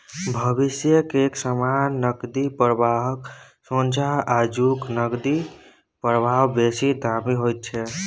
भविष्य के एक समान नकदी प्रवाहक सोंझा आजुक नकदी प्रवाह बेसी दामी होइत छै